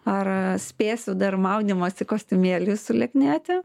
ar spėsiu dar maudymosi kostiumėliui sulieknėti